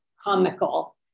comical